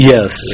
Yes